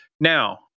Now